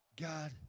God